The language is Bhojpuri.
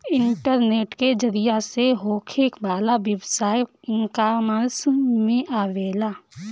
इंटरनेट के जरिया से होखे वाला व्यवसाय इकॉमर्स में आवेला